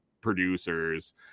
producers